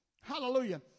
Hallelujah